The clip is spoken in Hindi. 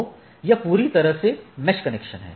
तो यह पूरी तरह से मेष कनेक्शन है